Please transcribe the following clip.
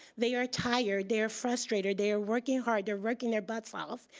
they are tired. they are frustrated. they are working hard. they are working their butts like off,